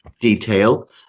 detail